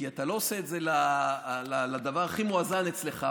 כי אתה לא עושה את זה לדבר הכי מואזן אצלך,